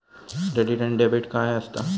Credit आणि debit काय असता?